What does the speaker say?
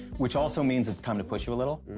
which also means it's time to push you a little.